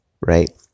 right